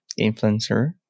influencer